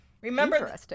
Remember